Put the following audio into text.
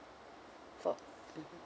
for mmhmm